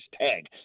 tag